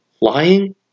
Lying